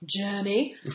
journey